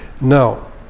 No